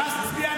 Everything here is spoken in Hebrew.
ש"ס הצביעה